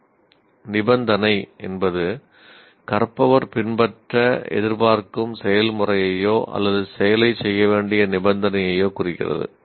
"நிபந்தனை" என்பது கற்பவர் பின்பற்ற எதிர்பார்க்கும் செயல்முறையையோ அல்லது "செயலை" செய்ய வேண்டிய நிபந்தனையையோ குறிக்கிறது